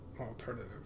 alternative